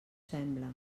sembla